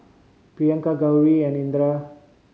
Priyanka Gauri and Indira